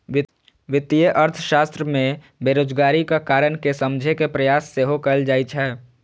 वित्तीय अर्थशास्त्र मे बेरोजगारीक कारण कें समझे के प्रयास सेहो कैल जाइ छै